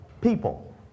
people